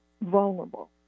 vulnerable